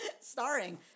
Starring